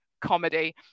comedy